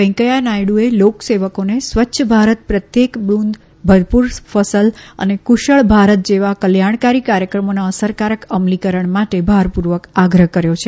વેકૈયાહ નાયડુએ લોકસેવકોને સ્વચ્છ ભારત પ્રત્યક બુંદ ભરપુર ફસલ અને કુશળ ભારત જેવા કલ્યાણકારી કાર્યક્રમોના અસરકારક અમલીકરણનો ભારપુર્વક આગ્રહ કર્યો છે